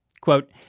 quote